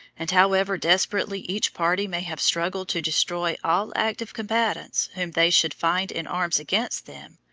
and however desperately each party may have struggled to destroy all active combatants whom they should find in arms against them,